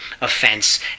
offense